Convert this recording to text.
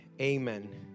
amen